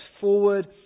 forward